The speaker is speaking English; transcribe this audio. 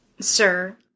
Sir